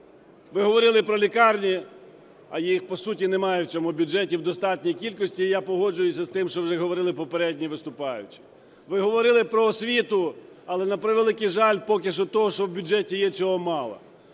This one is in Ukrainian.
Ви говорили про лікарні, а їх, по суті, немає в цьому бюджеті в достатній кількості. І я погоджуюся з тим, що вже говорили попередні виступаючі. Ви говорили про освіту, але, на превеликий жаль, поки що того, що в бюджеті є, цього мало.